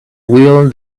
will